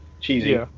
cheesy